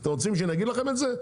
אתם רוצים שאני אגיד לכם את זה?